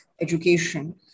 education